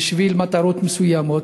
בשביל מטרות מסוימות,